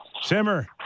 Simmer